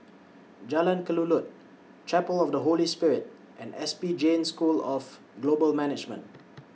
Jalan Kelulut Chapel of The Holy Spirit and S P Jain School of Global Management